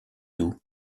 doux